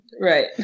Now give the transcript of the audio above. right